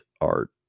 art